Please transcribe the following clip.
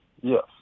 Yes